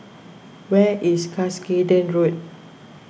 where is Cuscaden Road